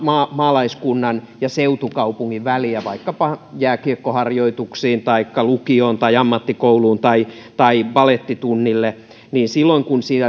maalaiskunnan ja seutukaupungin väliä vaikkapa jääkiekkoharjoituksiin taikka lukioon tai ammattikouluun tai tai balettitunnille ja silloin kun